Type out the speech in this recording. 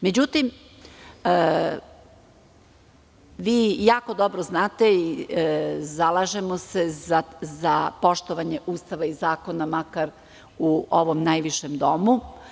Međutim, vi jako dobro znate, zalažemo se za poštovanje Ustava i zakona, makar u ovom najvišem domu.